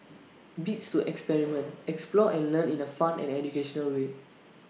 bits to experiment explore and learn in A fun and educational way